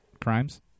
crimes